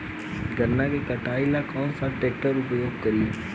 गन्ना के कटाई ला कौन सा ट्रैकटर के उपयोग करी?